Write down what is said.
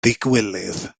ddigywilydd